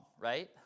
right